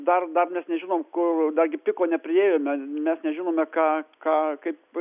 dar dar mes nežinom kur dar gi piko nepriėjome mes nežinome ką ką kaip